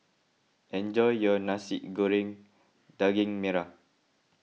enjoy your Nasi Goreng Daging Merah